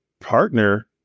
partner